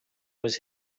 was